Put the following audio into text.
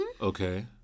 okay